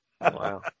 Wow